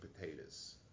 potatoes